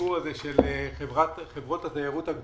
לסיפור של חברות התיירות הגדולות,